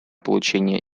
получение